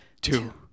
two